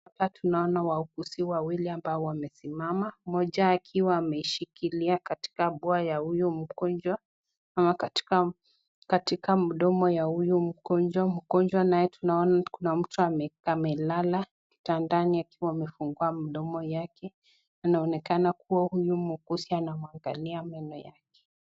Hapa tunaona wauuguzi wawili ambao wamesimama Moja akiwa ameshikilia katika pua ya huyo mgonjwa ama katika mdomo wa huyo mgonjwa, mgonjwa naye tunaona Kuna mtu ambaye amelala kitandani huku amefungua mdomo yake inaonekana kuwa huyu muuguzi anamwangalia mwenyewe.